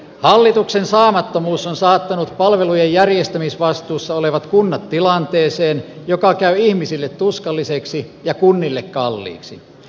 hallituksen saamattomuus on saattanut palvelujen järjestämisvastuussa olevat kunnat tilanteeseen joka ikäihmisille tuskalliseksi ja kunnille kalliiksi